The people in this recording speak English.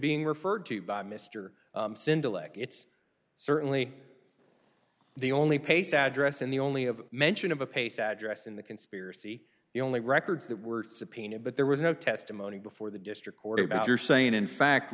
being referred to by mr symbolic it's certainly the only paste address and the only of mention of a pace address in the conspiracy the only records that were subpoenaed but there was no testimony before the district court about your saying in fact